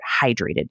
hydrated